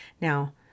Now